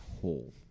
hole